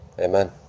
Amen